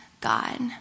God